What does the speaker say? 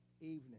evening